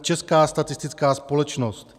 Česká statistická společnost.